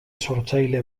sortzaile